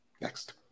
Next